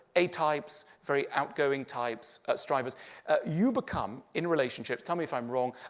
a types, very outgoing types, strivers you become in relationships tell me if i'm wrong,